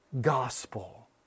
gospel